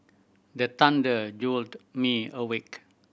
the thunder jolt me awake